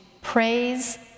praise